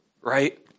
right